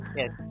yes